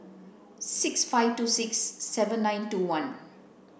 six five two six seven nine two one